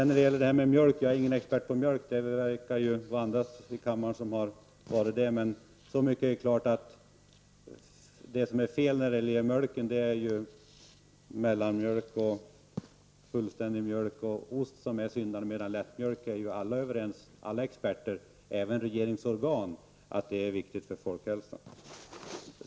När det gäller mjölk är jag ingen expert. Det verkar vara andra i denna kammare som är det. Så mycket är dock klart att när det gäller mjölkprodukter är det mellanmjölk, helmjölk och ost som är skadliga. Däremot är alla experter, även regeringsorgan, överens om att lättmjölk är viktigt för folkhälsan.